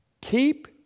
keep